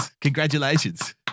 Congratulations